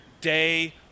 day